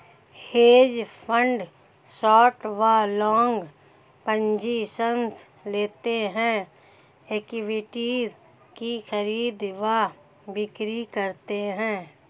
hedge fund short व long positions लेते हैं, इक्विटीज की खरीद व बिक्री करते हैं